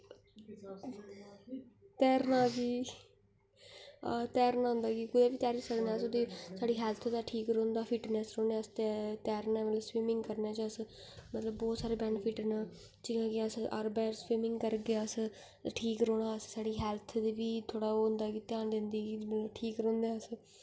तैरना आं तैरना आंदा होऐ कुदै बी तैरी सकने आं साढ़ी हेल्थ ठीक रौहंदा फिटनेस रौह्ने आस्तै तैरने आस्तै स्विमिंग करने मतलब कि बहोत सारे बेनिफिट्स न जि'यां की अगर बैक स्विमिंग करगे अस ठीक रौहना ते साढ़ी हेल्थ ते थोह्ड़ा ध्यान दिंदे कि ठीक रौहंदे अस